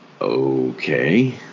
Okay